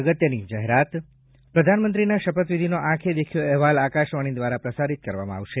અગત્યની જાહેરાત પ્રધાનમંત્રીના શપથવિધિનો આંખે દેખ્યો અહેવાલ આકાશવાણી દ્વારા પ્રસારીત કરવામાં આવશે